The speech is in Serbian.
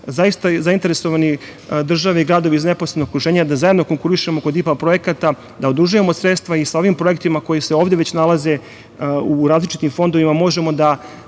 zaista zainteresovani države i gradovi, iz neposrednog okruženja, da zajedno konkurišemo kod IPA projekta, da odužujemo sredstva i sa ovim projektima, koji se ovde već nalaze u različitim fondovima, možemo da